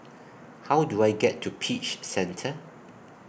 How Do I get to Peach Centre